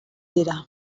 dira